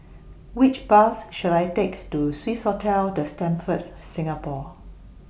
Which Bus should I Take to Swissotel The Stamford Singapore